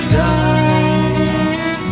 died